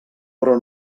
però